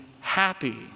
happy